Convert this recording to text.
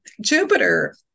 Jupiter